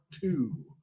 two